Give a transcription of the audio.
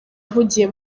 mpugiye